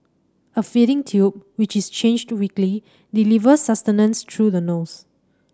a feeding tube which is changed weekly delivers sustenance through the nose